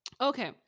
Okay